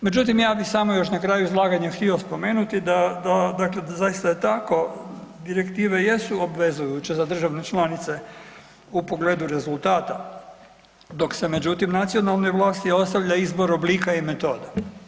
Međutim, ja bih samo još na kraju izlaganja htio spomenuti da, dakle da zaista je tako, direktive jesu obvezujuće za države članice u pogledu rezultata, dok se međutim, nacionalnoj vlasti ostavlja izbor oblika i metoda.